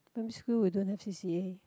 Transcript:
primary school we don't have C_C_A